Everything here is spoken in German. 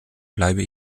bleibe